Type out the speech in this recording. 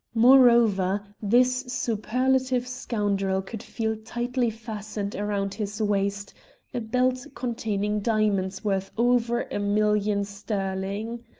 moreover, this superlative scoundrel could feel tightly fastened round his waist a belt containing diamonds worth over a million sterling.